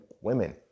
Women